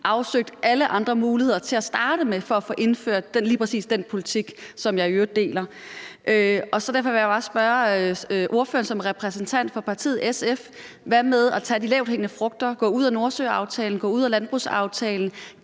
afsøgt alle andre muligheder til at starte med for at få indført lige præcis den politik, som jeg i øvrigt deler. Derfor vil jeg bare spørge ordføreren som repræsentant for partiet SF: Hvad med at tage de lavthængende frugter; hvad med at gå ud af Nordsøaftalen, gå ud af landbrugsaftalen,